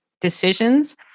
decisions